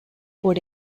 por